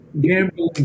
Gambling